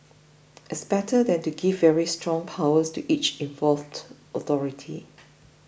it's better than to give very strong powers to each involved authority